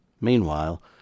Meanwhile